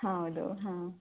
ಹಾಂ ಹೌದು ಹಾಂ